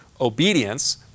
obedience